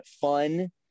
fun